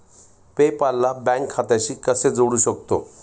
पे पाल ला बँक खात्याशी कसे जोडू शकतो?